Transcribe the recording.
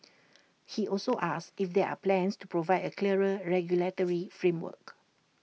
he also asked if there are plans to provide A clearer regulatory framework